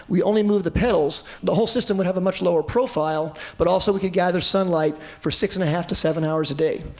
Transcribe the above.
only move the petals. the whole system would have a much lower profile, but also we could gather sunlight for six and a half to seven hours a day.